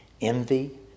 envy